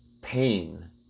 pain